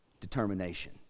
determination